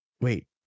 wait